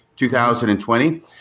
2020